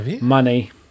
money